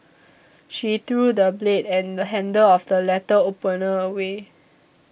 she threw the blade and handle of the letter opener away